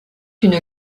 une